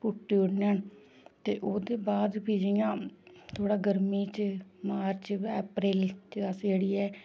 पुट्टी उड़ने आं ते ओह्दे बाद फ्ही जियां थोह्ड़ा गरमी च मार्च अप्रैल च अस जेह्ड़ी ऐ